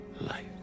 life